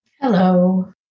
Hello